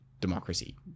democracy